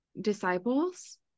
disciples